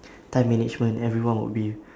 time management everyone would be